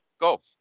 Go